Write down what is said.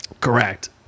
Correct